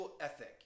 ethic